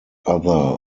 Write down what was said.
other